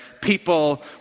people